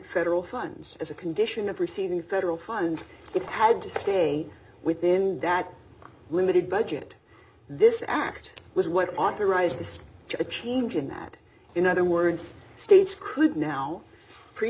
federal funds as a condition of receiving federal funds it had to stay within that limited budget this act was what authorized just a change in that in other words states could now pre